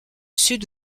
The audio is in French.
sud